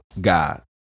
God